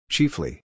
Chiefly